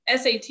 sat